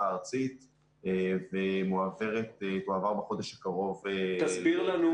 הארצית ותועבר בחודש הקרוב --- תסביר לנו,